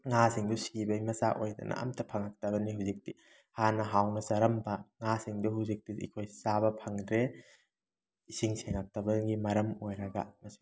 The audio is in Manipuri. ꯉꯥꯁꯤꯡꯗꯨ ꯁꯤꯕꯩ ꯃꯆꯥꯛ ꯑꯣꯏꯗꯅ ꯑꯝꯇ ꯐꯪꯉꯛꯇꯕꯅꯤ ꯍꯧꯖꯤꯛꯇꯤ ꯍꯥꯟꯅ ꯍꯥꯎꯅ ꯆꯥꯔꯝꯕ ꯉꯥꯁꯤꯡꯗꯨ ꯍꯧꯖꯤꯛꯇꯤ ꯑꯩꯈꯣꯏ ꯆꯥꯕ ꯐꯪꯗ꯭ꯔꯦ ꯏꯁꯤꯡ ꯁꯦꯡꯉꯛꯇꯕꯒꯤ ꯃꯔꯝ ꯑꯣꯏꯔꯒ